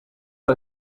and